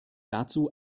dazu